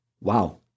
Wow